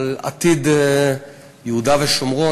על עתיד יהודה ושומרון,